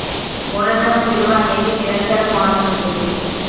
మూలధనం విలువ అనేది నిరంతరం మారుతుంటుంది